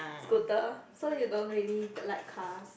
scooter so you don't really like cars